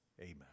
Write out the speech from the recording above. amen